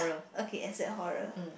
okay except horror